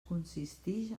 consistix